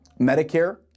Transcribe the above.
Medicare